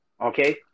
Okay